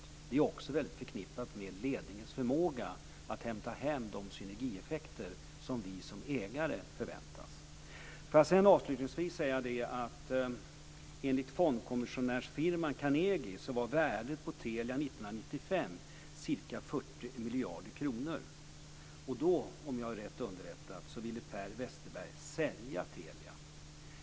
Detta är också väldigt förknippat med ledningens förmåga att hämta hem de synergieffekter som vi som ägare förväntar oss. Avslutningsvis vill jag säga att enligt fondkommissionärsfirman Carnegie var värdet på Telia 1995 ca 40 miljarder kronor. Då ville, om jag är rätt underrättad, Per Westerberg sälja Telia.